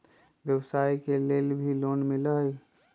व्यवसाय के लेल भी लोन मिलहई?